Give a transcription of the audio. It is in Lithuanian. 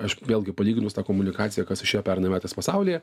aišku vėlgi palyginus tą komunikaciją kas išėjo pernai metais pasaulyje